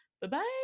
Bye-bye